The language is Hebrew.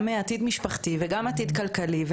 המשפחתי והכלכלי.